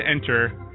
enter